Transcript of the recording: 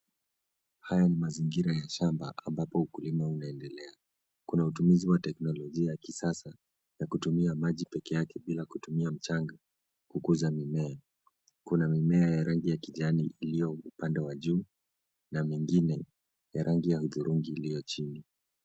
Haya ni mazingira ya shamba ambapo ukulima unaendelea. Kuna utumizi wa teknolojia ya kisasa ya kutumia maji peke yeke bila kutumia mchanga kukuza mimea. Kuna mimea ya rangi kijani iliyo upande wa juu na mengine ya rangi ya hudhurungi iliyo chini.